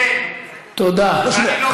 גם לי אין, ואני לא בדואי.